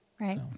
Right